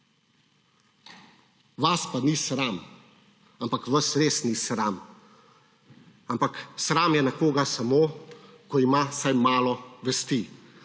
vas pa ni sram, ampak vas res ni sram, ampak sram je nekoga samo, ko ima vsaj malo vesti.